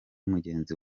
mugenzi